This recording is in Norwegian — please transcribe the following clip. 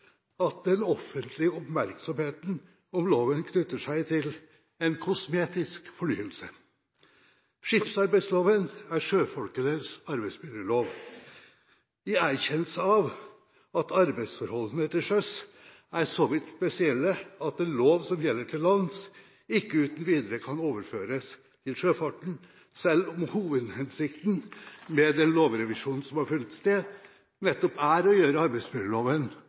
at den offentlige oppmerksomheten om loven knytter seg til en kosmetisk fornyelse. Skipsarbeidsloven er sjøfolkenes arbeidsmiljølov – i erkjennelse av at arbeidsforholdene til sjøs er så vidt spesielle at en lov som gjelder til lands, ikke uten videre kan overføres til sjøfarten, selv om hovedhensikten med den lovrevisjonen som har funnet sted, nettopp er å gjøre arbeidsmiljøloven